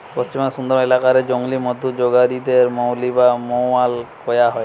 পশ্চিমবঙ্গের সুন্দরবন এলাকা রে জংলি মধু জগাড়ি দের মউলি বা মউয়াল কয়া হয়